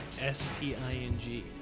S-T-I-N-G